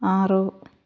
ఆరు